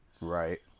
right